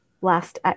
last